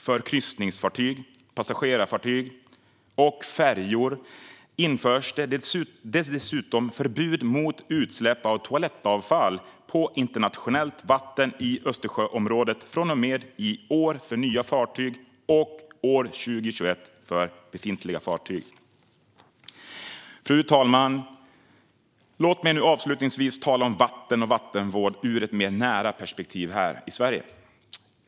För kryssningsfartyg, passagerarfartyg och färjor införs dessutom förbud mot utsläpp av toalettavfall på internationellt vatten i Östersjöområdet från och med i år för nya fartyg och 2021 för befintliga fartyg. Fru talman! Låt mig avslutningsvis tala om vatten och vattenvård ur ett mer nära perspektiv i Sverige.